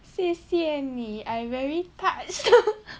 谢谢你 I very touched